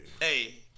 Hey